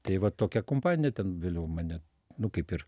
tai va tokia kompanija ten vėliau mane nu kaip ir